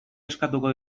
eskatuko